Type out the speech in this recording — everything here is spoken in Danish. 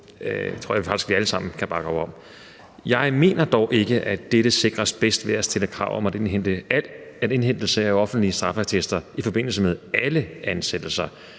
tror jeg faktisk vi alle sammen kan bakke op om. Jeg mener dog ikke, at dette sikres bedst ved at stille krav om at indhente offentlige straffeattester i forbindelse med alle ansættelser